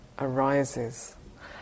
arises